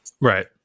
Right